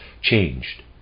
changed